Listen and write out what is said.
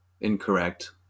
incorrect